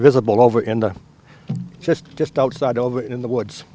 visible over and just just outside over in the woods